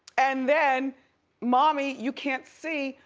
and then mommy, you can't see,